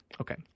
Okay